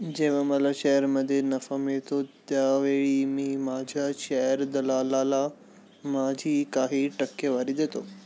जेव्हा मला शेअरमध्ये नफा मिळतो त्यावेळी मी माझ्या शेअर दलालाला माझी काही टक्केवारी देतो